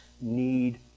need